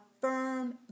firm